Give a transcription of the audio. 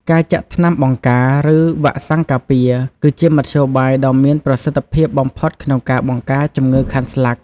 ការចាក់ថ្នាំបង្ការ ឬ វ៉ាក់សាំងការពារ គឺជាមធ្យោបាយដ៏មានប្រសិទ្ធភាពបំផុតក្នុងការបង្ការជំងឺខាន់ស្លាក់។